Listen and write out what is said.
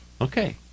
Okay